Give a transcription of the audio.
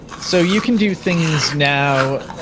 so you can do things now,